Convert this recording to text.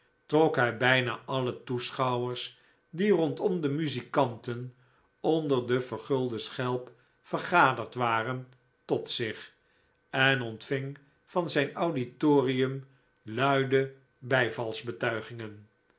trok hij bijna alle toehoorders die rondom de muzikanten onder de vergulde schelp vergaderd waren tot zich en ontving van zijn auditorium luide